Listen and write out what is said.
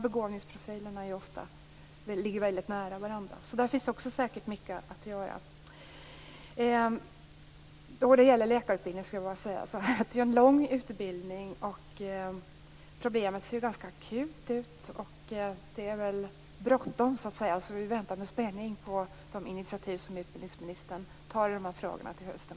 Begåvningsprofilerna ligger här ofta väldigt nära varandra. Där finns säkert också mycket att göra. Läkarutbildningen är lång, och problemet är ganska akut. Det är bråttom, och vi väntar med spänning på de initiativ som utbildningsministern tar i de här frågorna till hösten.